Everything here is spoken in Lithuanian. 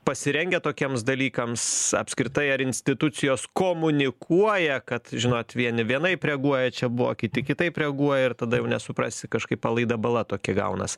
pasirengę tokiems dalykams apskritai ar institucijos komunikuoja kad žinot vieni vienaip reaguoja čia buvo kiti kitaip reaguoja ir tada jau nesuprasi kažkaip palaida bala tokia gaunas